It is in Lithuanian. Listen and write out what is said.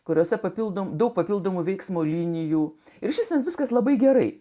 kuriose papildome daug papildomų veiksmo linijų ir šiandien viskas labai gerai